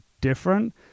different